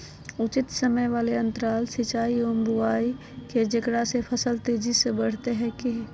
उचित समय वाले अंतराल सिंचाई एवं बुआई के जेकरा से फसल तेजी से बढ़तै कि हेय?